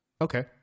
Okay